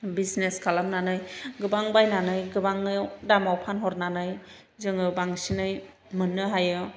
business खालामनानै गोबां बायनानै गोबांयै दामाव फानहरनानै जोङो बांसिनै मोननो हायो